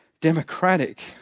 democratic